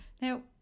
Now